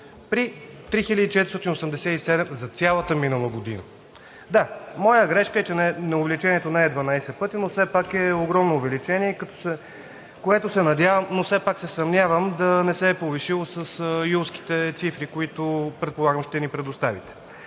при 3487 за цялата минала година. Да, моя грешка е, че увеличението не е 12 пъти, но все пак е огромно увеличение, което се надявам, но все пак се съмнявам, да не се е повишило с юлските цифри, които предполагам, че ще ни предоставите.